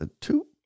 Two